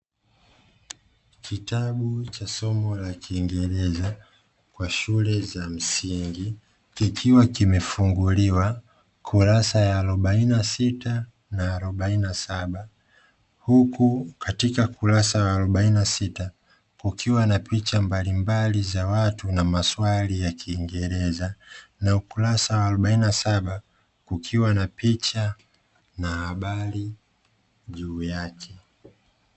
Kitabu cha somo la kiingereza kwa shule za msingi, kikiwa kimefunguliwa kurasa ya arobaini na sita na harobaini na sita, huku katika ukurasa wa arobaini na sita kukiwa na picha mbalimbali za watu na maswali ya kiingereza na ukurasa wa harobaini na saba kukiwa na picha na habari juu yake.